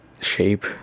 shape